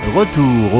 retour